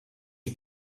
ihr